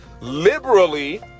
liberally